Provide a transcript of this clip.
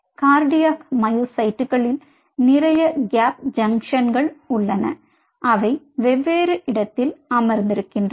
cardiac மயோசைட்டுகளில் நிறைய gap junction உள்ளன அவை வெவ்வேறு இடத்தில் அமர்ந்திருக்கின்றன